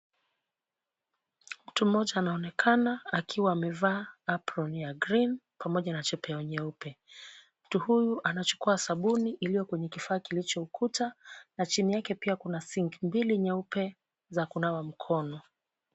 Mtu mmoja anaonekana akiwa amevaa apron ya green pamoja na chepeo nyeupe. Mtu huyu anachukua sabuni iliyo kwenye kifaa kilicho ukuta na chini yake pia kuna sink mbili nyeupe za kunawa mkono.